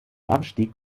abstieg